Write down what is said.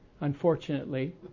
unfortunately